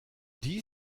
die